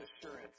assurance